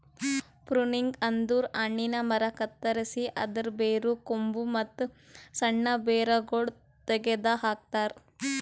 pruning ಅಂದುರ್ ಹಣ್ಣಿನ ಮರ ಕತ್ತರಸಿ ಅದರ್ ಬೇರು, ಕೊಂಬು, ಮತ್ತ್ ಸಣ್ಣ ಬೇರಗೊಳ್ ತೆಗೆದ ಹಾಕ್ತಾರ್